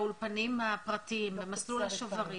באולפנים הפרטיים במסלול השוברים